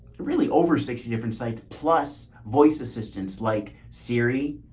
really over sixty different sites plus voice assistants like siri,